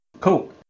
Cool